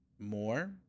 More